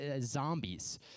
zombies